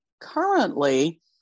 currently